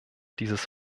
dieses